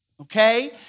okay